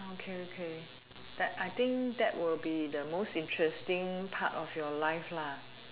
okay okay that I think that will be the most interesting part of your life lah